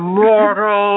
mortal